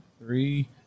three